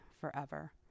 forever